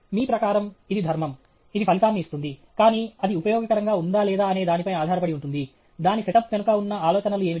మీ ప్రకారం ఇది ధర్మం ఇది ఫలితాన్ని ఇస్తుంది కానీ అది ఉపయోగకరంగా ఉందా లేదా అనే దానిపై ఆధారపడి ఉంటుంది దాని సెటప్ వెనుక ఉన్న ఆలోచనలు ఏమిటి